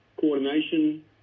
coordination